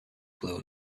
glow